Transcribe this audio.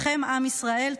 בכם, עם ישראל.